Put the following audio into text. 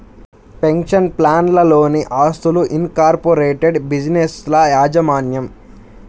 pension ప్లాన్లలోని ఆస్తులు, incorporated బిజినెస్ల యాజమాన్యం